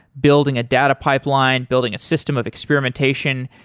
building a data pipeline, building a system of experimentation.